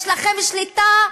יש לכם שליטה,